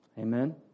Amen